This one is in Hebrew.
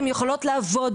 הן יכולות לעבוד,